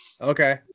Okay